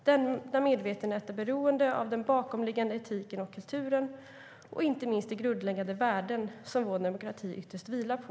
Denna medvetenhet är beroende av den bakomliggande etiken och kulturen och inte minst de grundläggande värden som vår demokrati ytterst vilar på.